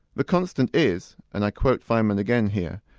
the constant is, and i quote feynman again here,